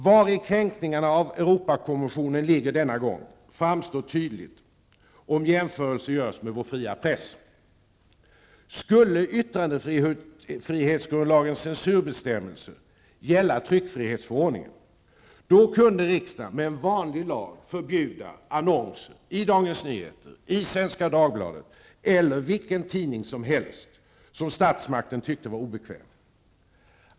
Vari kränkningarna av Europakonventionen denna gång ligger framstår tydligt om jämförelse görs med vår fria press. Skulle yttrandefrihetsgrundlagens censurbestämmelse gälla tryckfrihetsförordningen kunde riksdagen med en vanlig lag förbjuda annonser i Dagens Nyheter, Svenska Dagbladet eller vilken tidning som helst som statsmakten tyckte var obekväm.